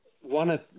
one